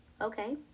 Okay